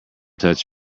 touch